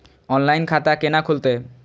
Online खाता केना खुलते?